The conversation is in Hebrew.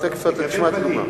תיכף אתה תשמע את הדוגמה.